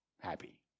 happy